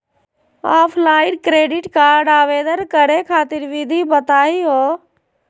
Offline credit card आवेदन करे खातिर विधि बताही हो?